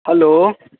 hello